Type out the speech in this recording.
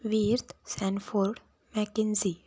वीर्थ Sanford McKinsey